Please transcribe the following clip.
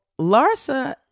Larsa